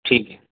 ٹھیک ہے